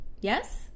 Yes